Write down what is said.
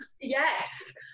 yes